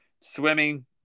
Swimming